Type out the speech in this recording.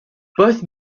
both